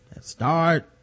start